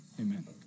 Amen